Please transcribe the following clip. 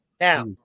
now